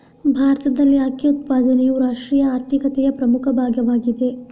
ಭಾರತದಲ್ಲಿ ಅಕ್ಕಿ ಉತ್ಪಾದನೆಯು ರಾಷ್ಟ್ರೀಯ ಆರ್ಥಿಕತೆಯ ಪ್ರಮುಖ ಭಾಗವಾಗಿದೆ